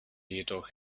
jedoch